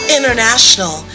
International